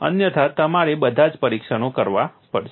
અન્યથા તમારે બધાજ પરીક્ષણો કરવા પડશે